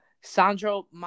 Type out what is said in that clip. Sandro